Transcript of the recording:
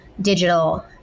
digital